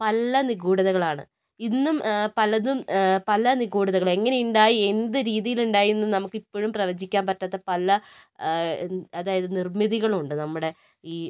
പല നിഗൂഢതകൾ ആണ് ഇന്നും പലതും പല നിഗൂഢതകൾ എങ്ങനെ ഉണ്ടായി എന്തു രീതിയിൽ ഉണ്ടായി എന്ന് നമുക്കിപ്പോഴും പ്രവചിക്കാൻ പറ്റാത്ത പല അതായത് നിർമ്മിതികൾ ഉണ്ട് നമ്മുടെ ഈ